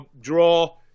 draw